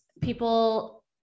people